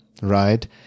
right